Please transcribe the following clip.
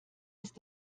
ist